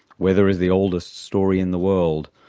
weather is the oldest story in the world,